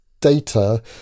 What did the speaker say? data